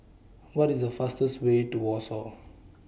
What IS The fastest Way to Warsaw